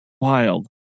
wild